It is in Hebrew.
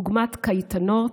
דוגמת קייטנות,